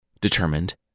Determined